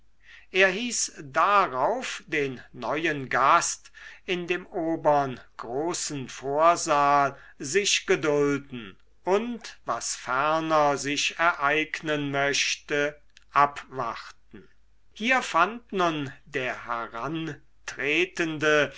er hieß darauf den neuen gast in dem obern großen vorsaal sich gedulden und was ferner sich ereignen möchte abwarten hier fand nun der